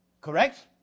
Correct